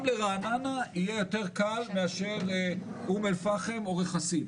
גם ברעננה יהיה יותר קל מאשר באום אל-פאחם או רכסים.